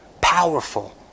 powerful